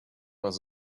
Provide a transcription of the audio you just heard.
was